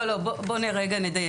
לא, לא, בואי נדייק.